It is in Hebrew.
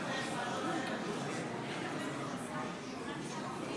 כתובת, ואומרים להם לכו תחפשו,